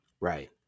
Right